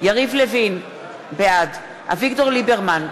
יריב לוין, בעד אביגדור ליברמן,